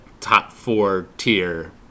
top-four-tier